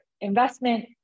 investment